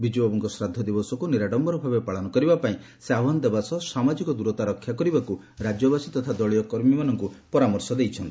ବିଜୁବାବୁଙ୍କ ଶ୍ରାଦ୍ଧ ଦିବସକୁ ନିରାଡମ୍ସର ଭାବେ ପାଳନ କରିବାପାଇଁ ସେ ଆହ୍ୱାନ ଦେବା ସହ ସାମାଙିକ ଦୂରତା ରକ୍ଷା କରିବାକୁ ରାଜ୍ୟବାସୀ ତଥା ଦଳୀୟ କର୍ମୀମାନଙ୍କୁ ପରାମର୍ଶ ଦେଇଛନ୍ତି